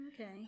Okay